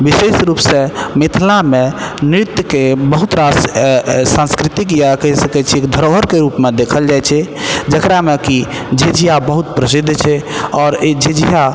बिशेष रूप से मिथिलामे नृत्यके बहुत रास सांस्कृतिक या कहि सकैत छी कि धरोहरके रूपमे देखल जाइ छै जेकरामे कि झिझिया बहुत प्रसिद्ध छै आओर ई झिझिया